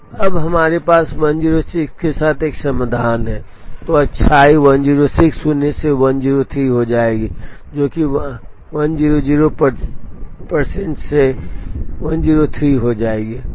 अब जब हमारे पास 106 के साथ एक समाधान है तो अच्छाई 106 शून्य से 103 हो जाएगी जो कि 100 प्रतिशत में 103 हो जाएगी